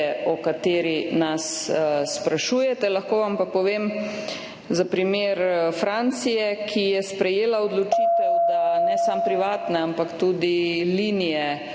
o kateri nas sprašujete. Lahko vam pa povem za primer Francije, ki je sprejela odločitev, da bodo ne samo privatne, ampak tudi linijske